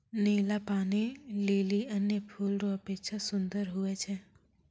नीला पानी लीली अन्य फूल रो अपेक्षा सुन्दर हुवै छै